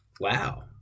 Wow